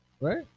right